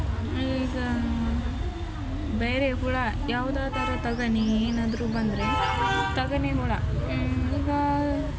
ಈಗ ಬೇರೆ ಹುಳ ಯಾವುದಾದರೂ ತಗಣಿ ಏನಾದರೂ ಬಂದರೆ ತಗಣಿ ಹುಳ ಈಗ